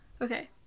okay